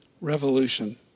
revolution